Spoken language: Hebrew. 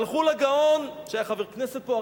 הלכו לגאון שהיה חבר כנסת פה,